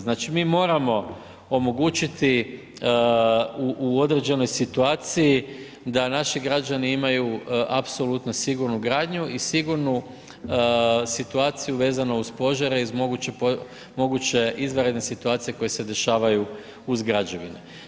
Znači mi moramo omogućiti u određenoj situaciji da naši građani imaju apsolutno sigurnu gradnju i sigurnu situaciju vezano uz požare iz moguće izvanredne situacije koje se dešavaju uz građevine.